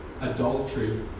adultery